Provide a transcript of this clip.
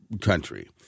country